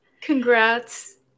congrats